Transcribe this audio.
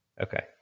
Okay